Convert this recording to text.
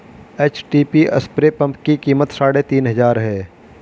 HTP spray pump की कीमत साढ़े तीन हजार है